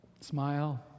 smile